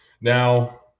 Now